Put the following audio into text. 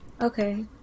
Okay